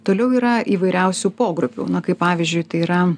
toliau yra įvairiausių pogrupių na kaip pavyzdžiui tai yra